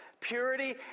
purity